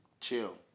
Chill